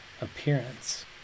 appearance